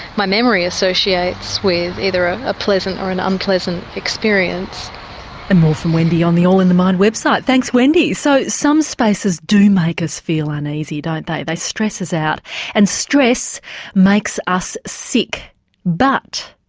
my memory associates, with either a ah pleasant or an unpleasant experience. and more from wendy on the all in the mind website. thanks, wendy. so some spaces do make us feel uneasy don't they, they stress us out and stress makes us sick but.